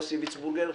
יוסי וירצבורגר,